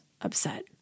upset